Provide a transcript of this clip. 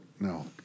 No